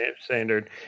Standard